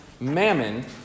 Mammon